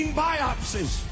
biopsies